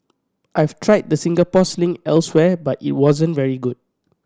I've tried the Singapore Sling elsewhere but it wasn't very good